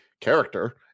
character